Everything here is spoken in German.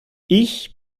ich